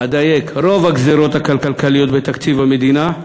אדייק: רוב הגזירות הכלכליות בתקציב המדינה,